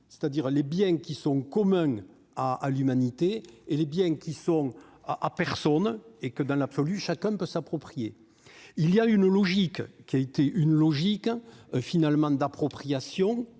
c'est-à-dire les biens qui sont communs à à l'humanité et les biens qui sont à à personne et que dans l'absolu, chacun peut s'approprier, il y a une logique qui a été une logique finalement d'appropriation